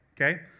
Okay